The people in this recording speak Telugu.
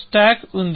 స్టాక్ ఉంది